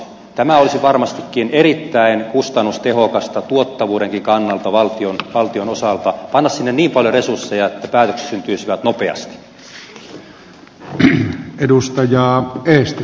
tämä olisi varmastikin erittäin kustannustehokasta tuottavuudenkin kannalta valtion osalta panna sinne niin paljon resursseja että päätökset syntyisivät nopeasti